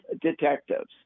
detectives